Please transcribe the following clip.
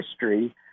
history